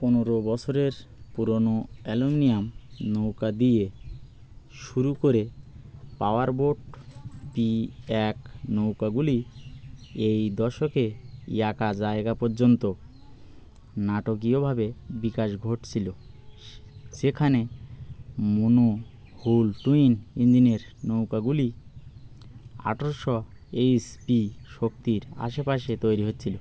পনেরো বছরের পুরোনো অ্যালুমিনিয়াম নৌকা দিয়ে শুরু করে পাওয়ার বোট পি এক নৌকাগুলি এই দশকে এক জায়গা পর্যন্ত নাটকীয়ভাবে বিকাশ ঘটছিলো যেখানে মোনোহল টুইন ইঞ্জিনের নৌকাগুলি আঠেরোশো এইচ পি শক্তির আশেপাশে তৈরি হচ্ছে